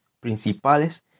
principales